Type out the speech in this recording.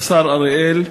השר אריאל,